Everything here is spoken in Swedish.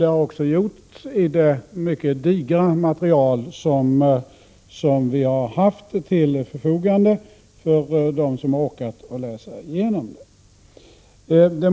Det har också gjorts i det mycket digra material som vi haft till vårt förfogande, för dem som råkat läsa igenom det.